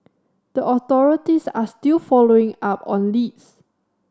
the authorities are still following up on leads